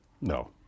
No